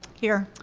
here.